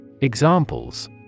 Examples